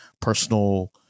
personal